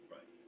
Right